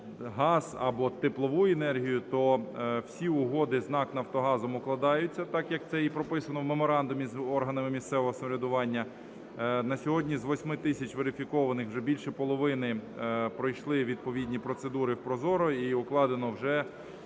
газ або теплову енергію, то всі угоди з НАК "Нафтогазом" укладаються так, як це і прописано в меморандумі з органами місцевого самоврядування. На сьогодні з 8 тисяч верифікованих вже більше половини пройшли відповідні процедури в ProZorro і укладена вже